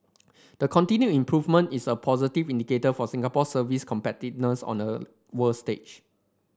the continued improvement is a positive indicator for Singapore's service competitiveness on a world stage